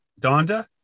Donda